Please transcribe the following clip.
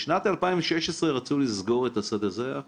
בשנת 2016 רצו לסגור את השדה, זה היה החוק,